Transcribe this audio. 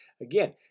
Again